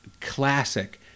classic